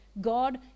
God